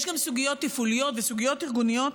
יש גם סוגיות תפעוליות וסוגיות ארגוניות,